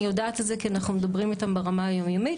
אני יודעת את זה כי אנחנו מדברים איתם ברמה היום-יומית,